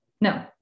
no